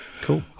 Cool